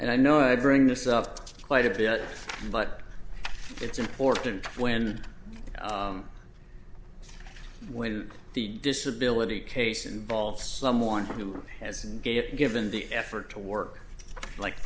and i know i bring this up quite a bit but it's important when when the disability case involves someone who has an gift given the effort to work like